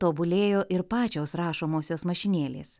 tobulėjo ir pačios rašomosios mašinėlės